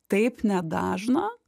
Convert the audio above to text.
taip nedažna